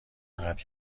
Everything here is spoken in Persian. انقدر